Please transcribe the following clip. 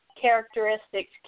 characteristics